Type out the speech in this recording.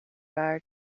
waard